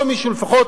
כל מי שהוא לפחות